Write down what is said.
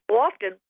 often